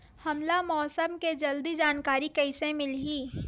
हमला मौसम के जल्दी जानकारी कइसे मिलही?